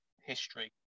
history